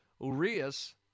Urias